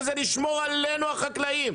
שזה לשמור עלינו החקלאים.